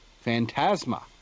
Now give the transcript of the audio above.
Phantasma